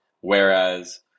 Whereas